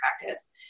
practice